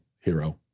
hero